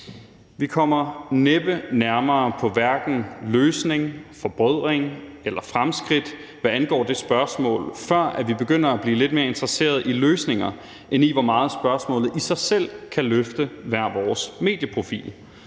Vi kommer næppe nærmere på hverken en løsning, forbrødring eller fremskridt, hvad angår det spørgsmål, før vi begynder at blive lidt mere interesseret i løsninger end i, hvor meget spørgsmålet i sig selv kan løfte hver vores medieprofil,